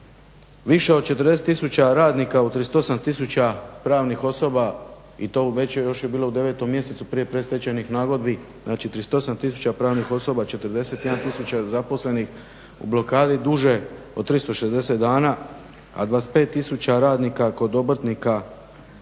više od 40 tisuća radnika u 38 tisuća pravnih osoba i to u većoj, još je bilo u devetom mj. prije predstečajnih nagodbi znači 38 tisuća pravnih osoba, 41 tisuća nezaposlenih u blokada duže od 360 dana a 25 tisuća radnika kod obrtnika